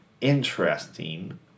interesting